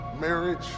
marriage